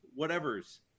whatevers